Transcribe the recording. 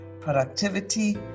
productivity